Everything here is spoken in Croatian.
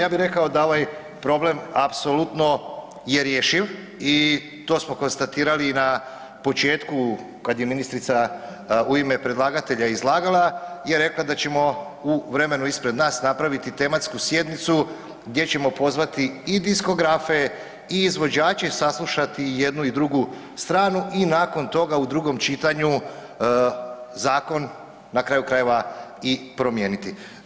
Ja bih rekao da ovaj problem apsolutno je rješiv i to smo konstatirali i na početku kada je ministrica u ime predlagatelja izlagala je rekla da ćemo u vremenu ispred nas napraviti tematsku sjednicu gdje ćemo pozvati i diskografe i izvođače i saslušati i jednu i drugu stranu i nakon toga u drugom čitanju zakon na kraju krajeva i promijeniti.